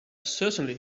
certainly